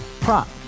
prop